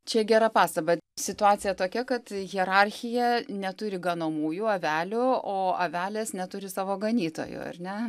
čia gera pastaba situacija tokia kad hierarchija neturi ganomųjų avelių o avelės neturi savo ganytojo ar ne